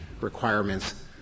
requirements